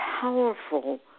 powerful